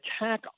attack